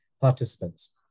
participants